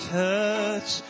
touch